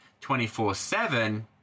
24-7